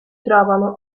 trovano